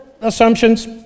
assumptions